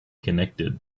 connected